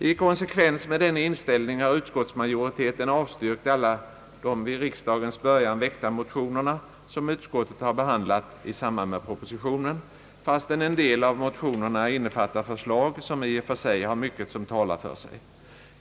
I konsekvens med denna inställning har utskottsmajoriteten avstyrkt alla de vid riksdagens början väckta motioner som utskottet har behandlat i samband med propositionen, fastän en del av motionerna innefattar förslag som har mycket som talar för sig.